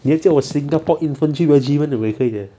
你要叫我 singapore infantry regiment 我也可以 uh